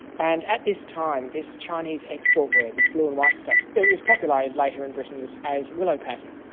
and at this time this chinese export ware, this blue and white stuff, it was popularised later in britain as as willow pattern.